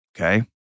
Okay